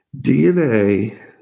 DNA